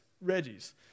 Reggie's